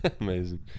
Amazing